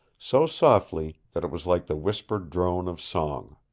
so softly that it was like the whispered drone of song.